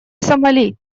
сомали